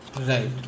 right